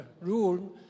rule